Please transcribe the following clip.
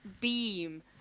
beam